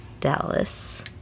Dallas